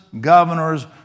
governors